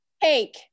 cake